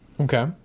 Okay